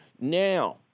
Now